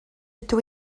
ydw